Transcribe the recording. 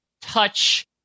touch